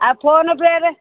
ଆଉ PhonePe ରେ